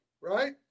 right